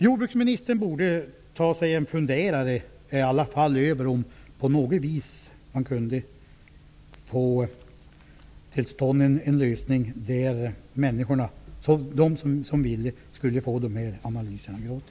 Jordbruksministern borde i alla fall ta sig en funderare över om man på något vis skulle kunna få till stånd en lösning som innebär att de som vill ha dessa analyser kan få dem gratis.